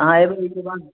आहाँ एबै ओहिकेबाद ने